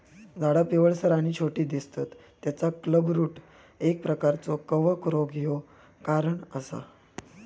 झाडा पिवळसर आणि छोटी दिसतत तेचा क्लबरूट एक प्रकारचो कवक रोग ह्यो कारण असा